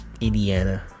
Indiana